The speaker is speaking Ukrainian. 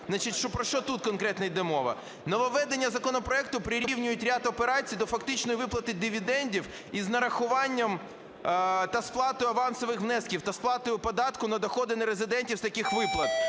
Значить, про що тут конкретно іде мова. Нововведення законопроекту прирівнюють ряд операцій до фактичної виплати дивідендів із нарахуванням та сплатою авансових внесків, та сплатою податку на доходи нерезидентів з таких виплат